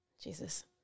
Jesus